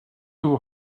two